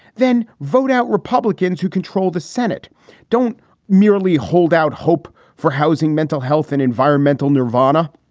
then vote out. republicans who control the senate don't merely hold out hope for housing, mental health and environmental nirvana.